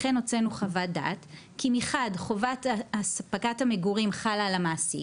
לכן הוצאנו חוות דעת כי מצד אחד חובת אספקת המגורים חלה על המעסיק